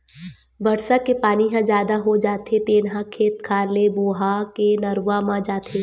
बरसा के पानी ह जादा हो जाथे तेन ह खेत खार ले बोहा के नरूवा म जाथे